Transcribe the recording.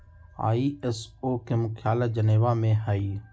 ISO के मुख्यालय Geneva में हइ